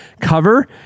cover